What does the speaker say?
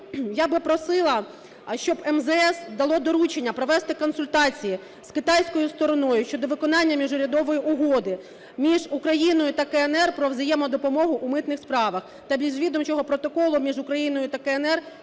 я би просила, щоб МЗС дало доручення провести консультації з китайською стороною щодо виконання міжурядової Угоди між Україною та КНР про взаємодопомогу у митних справах та міжвідомчого протоколу між Україною та КНР